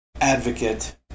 advocate